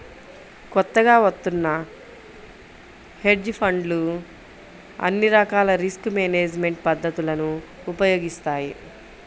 కొత్తగా వత్తున్న హెడ్జ్ ఫండ్లు అన్ని రకాల రిస్క్ మేనేజ్మెంట్ పద్ధతులను ఉపయోగిస్తాయి